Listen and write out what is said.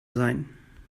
sein